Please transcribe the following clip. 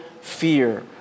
Fear